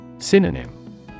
Synonym